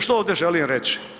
Što ovdje želim reći?